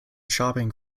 shopping